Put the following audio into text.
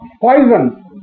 poison